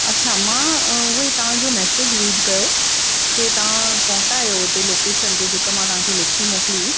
अच्छा मां उहो ई तव्हां जो मैसेज रीड कयो कि तव्हां पहुता आयो उते लोकेशन ते जेका मां तव्हां खे लिखी मोकिली हुई